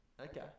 Okay